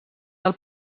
del